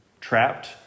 trapped